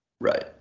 Right